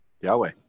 Yahweh